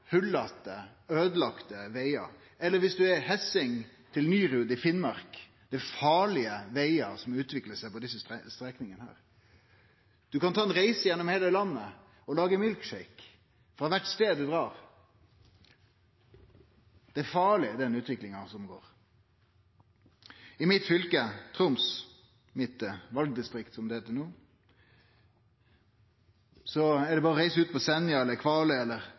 vegar. Eller viss ein reiser frå Hesseng til Nyrud i Finnmark – det er farlege vegar som utviklar seg på desse strekningane her. Ein kan ta ei reise gjennom heile landet og lage milkshake frå kvar stad ein drar. Den utviklinga som rår, er farleg. I mitt fylke, Troms – mitt valdistrikt, som det heiter no – er det berre å reise ut på Senja, Kvaløya, Skjervøya eller